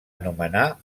anomenar